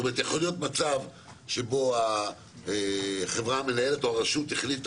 זאת אומרת שיכול להיות מצב שבו החברה המנהלת או הרשות החליטה